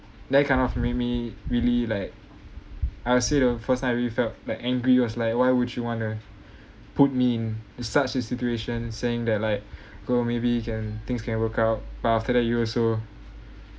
that kind of made me really like I would say the first time I really felt like angry was like why would you wanna put me in such a situation saying that like go maybe you can things can work out but after that you also